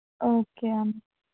okay అండి